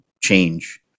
change